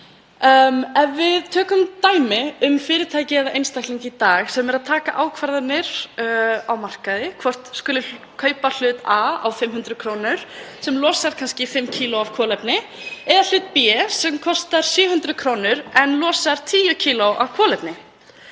Ef við tökum dæmi um fyrirtæki eða einstakling sem tekur ákvarðanir á markaði um hvort skuli kaupa hlut A á 500 kr. sem losar kannski 5 kíló af kolefni eða hlut B sem kostar 700 kr. en losar 10 kíló af kolefni